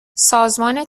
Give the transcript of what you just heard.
سازمان